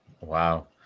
wow